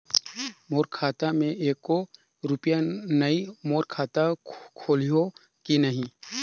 मोर खाता मे एको रुपिया नइ, मोर खाता खोलिहो की नहीं?